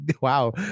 Wow